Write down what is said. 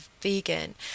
vegan